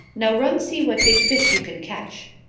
now run see what big fish you can catch.